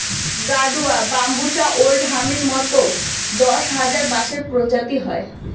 গাডুয়া, বাম্বুষা ওল্ড হামির মতন মোট দশ হাজার বাঁশের প্রজাতি হয়